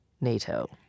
NATO